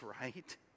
right